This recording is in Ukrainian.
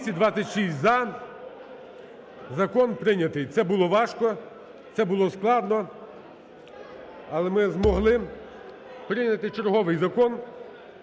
За-226 Закон прийнятий. Це було важко. Це було складно. Але ми змогли прийняти черговий закон.